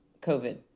COVID